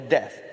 Death